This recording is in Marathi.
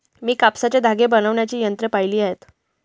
मी कापसाचे धागे बनवण्याची यंत्रे पाहिली आहेत